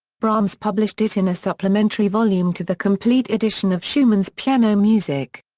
brahms published it in a supplementary volume to the complete edition of schumann's piano music.